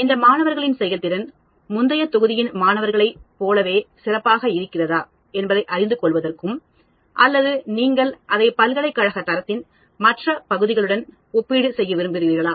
இந்த மாணவர்களின் செயல்திறன் முந்தைய தொகுதியின் மாணவர்களைப் போலவே சிறப்பாக இருக்கிறதா என்பதை அறிந்து கொள்ளுவதற்கும் அல்லது நீங்கள் அதை பல்கலைக்கழக தரத்தின் மற்ற பகுதிகளுடன் செய்ய விரும்புகிறீர்களா